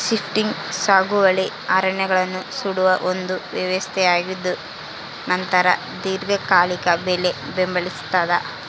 shifting ಸಾಗುವಳಿ ಅರಣ್ಯಗಳನ್ನು ಸುಡುವ ಒಂದು ವ್ಯವಸ್ಥೆಯಾಗಿದ್ದುನಂತರ ದೀರ್ಘಕಾಲಿಕ ಬೆಳೆ ಬೆಂಬಲಿಸ್ತಾದ